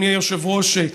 אדוני היושב-ראש,